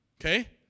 Okay